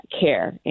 care